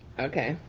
okay.